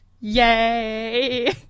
Yay